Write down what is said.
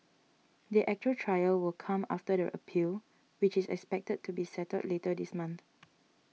the actual trial will come after the appeal which is expected to be settled later this month